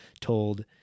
told